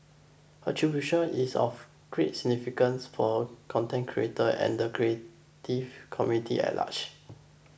attribution is of great significance for a content creator and the creative community at large